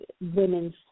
women's